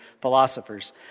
philosophers